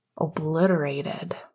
obliterated